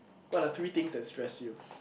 what are three things that stress you